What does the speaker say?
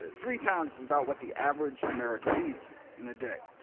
ah three pounds is about what the average american eats in a day.